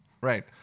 Right